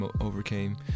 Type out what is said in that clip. overcame